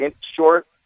short